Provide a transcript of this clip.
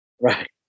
Right